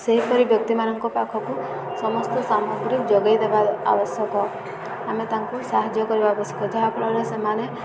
ସେହିପରି ବ୍ୟକ୍ତିମାନଙ୍କ ପାଖକୁ ସମସ୍ତ ସାମଗ୍ରୀ ଯୋଗେଇ ଦେବା ଆବଶ୍ୟକ ଆମେ ତାଙ୍କୁ ସାହାଯ୍ୟ କରିବା ଆବଶ୍ୟକ ଯାହାଫଳରେ ସେମାନେ